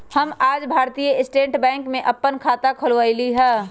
हम आज Bharatiya state bank में अप्पन खाता खोलबईली ह